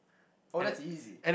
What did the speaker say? oh that's easy